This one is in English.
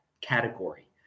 category